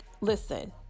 listen